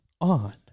on